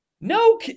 no